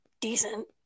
decent